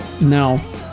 No